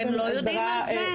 אתם לא יודעים את זה?